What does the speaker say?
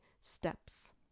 steps